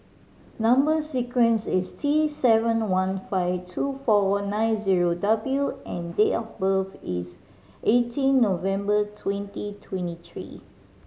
number sequence is T seven one five two four one nine zero W and date of birth is eighteen November twenty twenty three